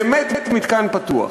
באמת מתקן פתוח.